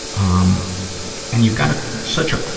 um and you've got ah such a